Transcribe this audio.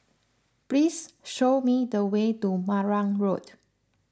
please show me the way to Marang Road